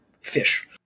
fish